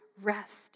rest